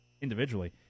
individually